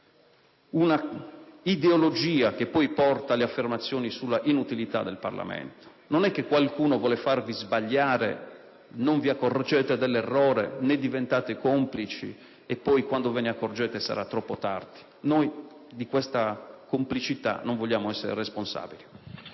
una ideologia che poi porta alle affermazioni sulla inutilità del Parlamento? Non è che qualcuno vuole farvi sbagliare, non vi accorgete dell'errore, ne diventati complici e poi, quando ve ne accorgerete, sarà troppo tardi? Noi, di questa complicità, non vogliamo essere responsabili.